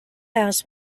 house